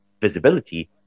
visibility